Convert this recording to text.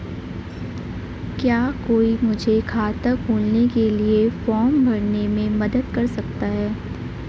क्या कोई मुझे खाता खोलने के लिए फॉर्म भरने में मदद कर सकता है?